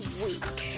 week